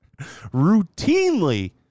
routinely